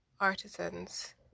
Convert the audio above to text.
artisans